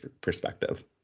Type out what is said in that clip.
perspective